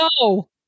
No